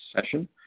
session